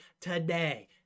today